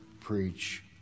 preach